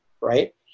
right